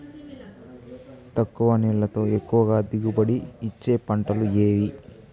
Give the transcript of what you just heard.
తక్కువ నీళ్లతో ఎక్కువగా దిగుబడి ఇచ్చే పంటలు ఏవి?